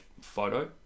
photo